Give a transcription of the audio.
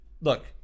look